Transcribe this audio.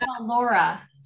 Laura